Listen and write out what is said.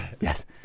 Yes